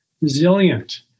resilient